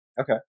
Okay